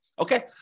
Okay